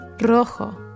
Rojo